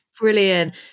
Brilliant